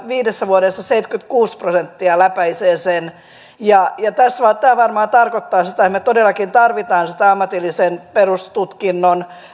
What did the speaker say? viidessä vuodessa vain seitsemänkymmentäkuusi prosenttia läpäisee sen tämä varmaan tarkoittaa sitä että me todellakin tarvitsemme sitä ammatillisen perustutkinnon